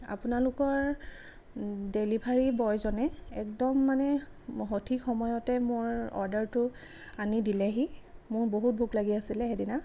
আপোনালোকৰ ডেলিভাৰী বয়জনে একদম মানে সঠিক সময়তে মোৰ অৰ্ডাৰটো আনি দিলেহি মোৰ বহুত ভোক লাগি আছিলে সেইদিনা